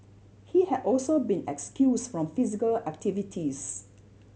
he had also been excused from physical activities